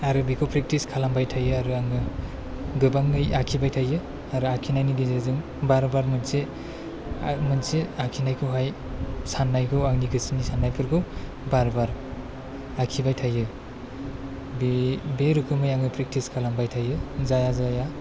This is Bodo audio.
आरो बेखौ फ्रेकथिस खालामबाय थायो आरो आङो गोबाङै आखिबाय थायो आरो आखिनायनि गेजेरजों बार बार मोनसे आरो मोनसे आखिनायखौहाय साननायखौ आंनि गोसोनि साननायफोरखौ बार बार आखिबाय थायो बे बे रोखोमै आङो फ्रेकथिस खालामबाय थायो जाया जाया